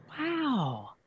Wow